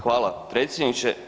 Hvala predsjedniče.